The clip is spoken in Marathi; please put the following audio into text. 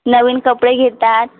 नवीन कपडे घेतात